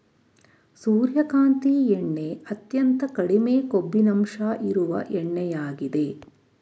ಸೂರ್ಯಕಾಂತಿ ಎಣ್ಣೆ ಅತ್ಯಂತ ಕಡಿಮೆ ಕೊಬ್ಬಿನಂಶ ಇರುವ ಎಣ್ಣೆಯಾಗಿದೆ